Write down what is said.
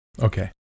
Okay